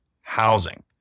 housing